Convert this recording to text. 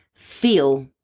Feel